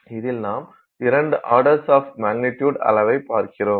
இதில் நாம் 2 order of magnitude அளவை பார்க்கிறோம்